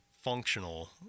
functional